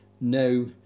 No